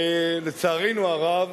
לצערנו הרב,